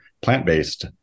plant-based